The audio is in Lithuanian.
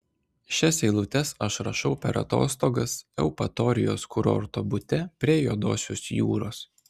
šias eilutes aš rašau per atostogas eupatorijos kurorto bute prie juodosios jūros